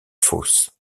fosse